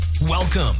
Welcome